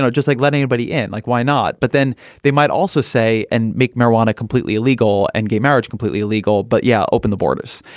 just like letting anybody in. like, why not? but then they might also say and make marijuana completely illegal and gay marriage completely illegal. but, yeah. open the borders.